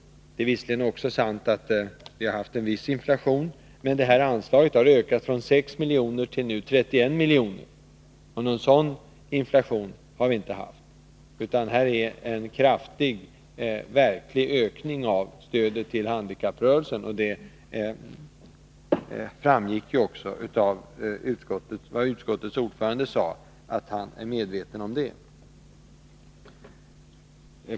Det är visserligen också sant att vi har haft en viss inflation, men anslaget har ökat från 6 miljoner till nu 31 miljoner, och någon sådan inflation har vi inte haft, utan det har skett en kraftig verklig ökning av stödet till handikapprörelsen. Det framgick också av vad utskottets ordförande sade, att han är medveten om det.